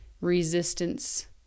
resistance